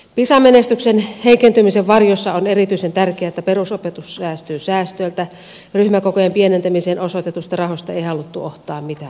pisa menestyksen heikentymisen varjossa on erityisen tärkeää että perusopetus säästyy säästöiltä ryhmäkokojen pienentämiseen osoitetuista rahoista ei haluttu ottaa mitään pois